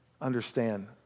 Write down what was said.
Understand